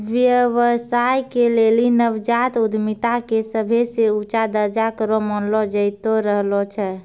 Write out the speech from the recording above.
व्यवसाय के लेली नवजात उद्यमिता के सभे से ऊंचा दरजा करो मानलो जैतो रहलो छै